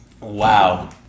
Wow